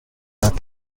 حرف